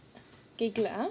cake lah